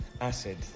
acid